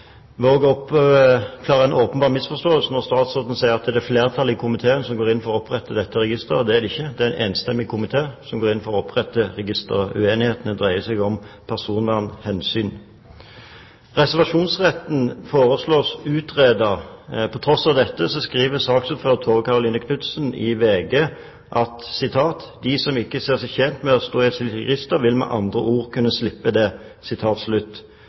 vil også oppklare en åpenbar misforståelse: Statsråden sier at det er et flertall i komiteen som går inn for å opprette dette registeret. Det er det ikke. Det er en enstemmig komité som går inn for å opprette registeret. Uenighetene dreier seg om personvernhensyn. Reservasjonsretten foreslås utredet. På tross av dette skriver saksordføreren, Tove Karoline Knutsen, i VG: «De som ikke ser seg tjent med å stå i et slikt register vil med andre ord kunne slippe det.»